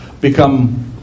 become